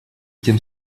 тем